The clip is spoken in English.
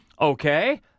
okay